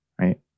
right